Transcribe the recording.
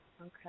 Okay